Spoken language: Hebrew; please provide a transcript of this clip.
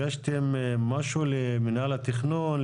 הגשתם משהו למינהל התכנון,